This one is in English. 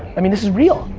i mean this is real,